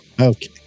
Okay